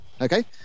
Okay